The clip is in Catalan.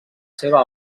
seva